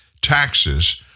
taxes